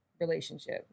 relationship